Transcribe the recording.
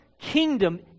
kingdom